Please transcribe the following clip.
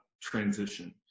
transition